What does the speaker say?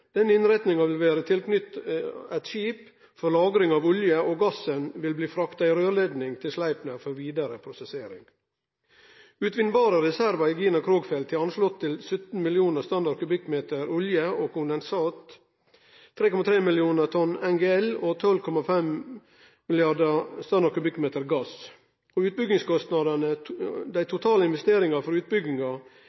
innretninga vil vere tilknytt eit skip for lagring av olje, og gassen vil bli frakta i røyrleidning til Sleipner for vidare prosessering. Utvinnbare reservar i Gina Krog-feltet er anslått til 17 millionar standard kubikkmeter olje og kondensat, 3,3 millionar tonn NGL og 12,5 mrd. standard kubikkmeter gass, og utbyggingskostnadene, dei